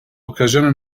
occasione